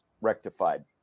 rectified